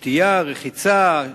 שתייה, רחיצה,